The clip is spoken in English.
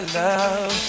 love